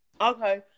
okay